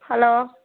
hello